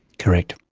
correct.